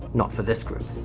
not for this group.